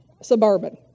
suburban